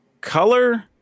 Color